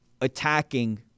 attacking